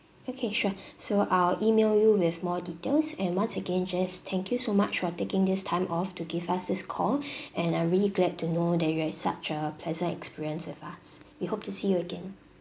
okay sure so I'll email you with more details and once again just thank you so much for taking this time off to give us this call and I'm really glad to know that you had such a pleasant experience with us we hope to see you again